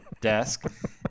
desk